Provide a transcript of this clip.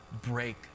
break